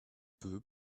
peu